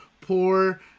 poor